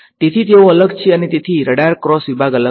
તેથી તેઓ અલગ છે અને તેથી રડાર ક્રોસ વિભાગ અલગ હશે